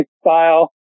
style